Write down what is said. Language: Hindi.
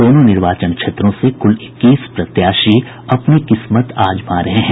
दोनों निर्वाचन क्षेत्रों से कुल इक्कीस प्रत्याशी अपनी किस्मत आजमा रहे हैं